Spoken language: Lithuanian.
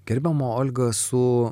gerbiama olga su